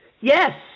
Yes